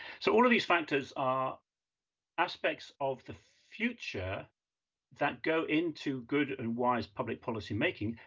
so all of these factors are aspects of the future that go into good and wise public policymaking,